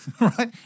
right